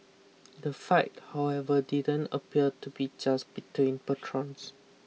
the fight however didn't appear to be just between patrons